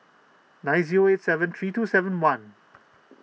nine zero eight seven three two seven one